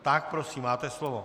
Tak prosím, máte slovo.